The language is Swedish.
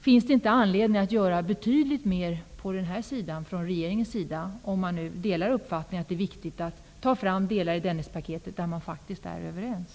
Finns det inte här anledning att göra betydligt mer från regeringens sida, om man nu delar uppfattningen att det är viktigt att ta fram de delar av Dennispaketet där man faktiskt är överens?